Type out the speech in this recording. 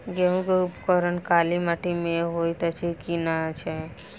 गेंहूँ केँ उपज काली माटि मे हएत अछि की नै?